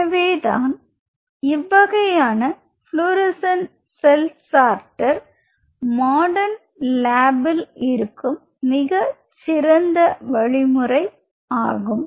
எனவே இவ்வகையான fluorescent cell sorter modern லாபில் இருக்கும் மிக சிறந்த வழி ஆகும்